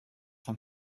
vom